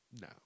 No